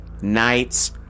night's